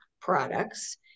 products